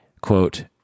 quote